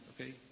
okay